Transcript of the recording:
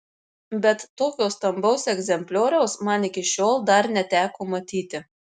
bet tokio stambaus egzemplioriaus man iki šiol dar neteko matyti